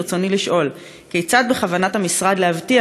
ברצוני לשאול: כיצד בכוונת המשרד להבטיח